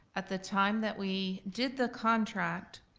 at the time that we did the contract